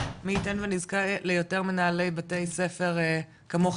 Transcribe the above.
מי ייתן ונזכה ליותר מנהלי בתי ספר כמוך.